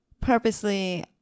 purposely